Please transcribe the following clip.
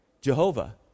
Jehovah